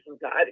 God